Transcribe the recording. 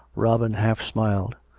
robin half smiled.